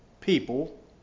people